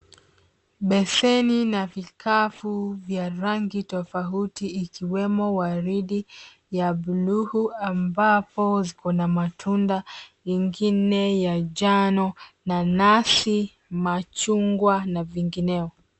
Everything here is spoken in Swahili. Beseni na vikapu vya rangi tofauti ikiwemo waridi, ya buluu ambapo zikona matunda ingine ya njano, nanasi, machungwa na vingineo.